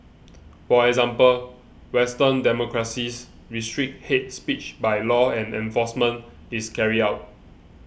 for example Western democracies restrict hate speech by law and enforcement is carried out